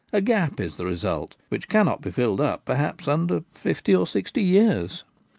a gap is the result, which cannot be filled up, perhaps, under fifty or sixty years.